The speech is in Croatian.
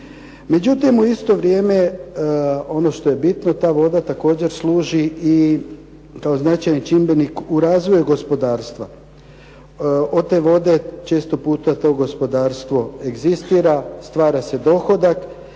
Međutim, u isto vrijeme ono što je bitno ta voda također služi i kao značajan čimbenik u razvoju gospodarstva. Od te vode često puta to gospodarstvo egzistira, stvara se dohodak